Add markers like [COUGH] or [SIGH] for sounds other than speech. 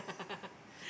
[LAUGHS]